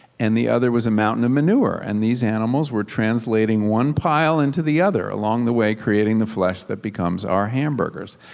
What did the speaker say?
and the other was a mountain of manure. and these animals were translating one pile into the other along the way creating a flesh that becomes our hamburgers.